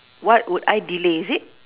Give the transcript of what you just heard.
what would I delay is it